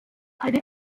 eine